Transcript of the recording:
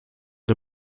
der